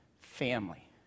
family